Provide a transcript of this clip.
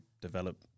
develop